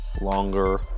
longer